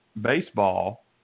baseball